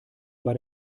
bei